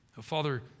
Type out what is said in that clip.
Father